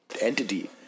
Entity